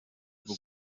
bwo